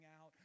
out